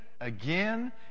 again